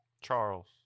Charles